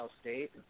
State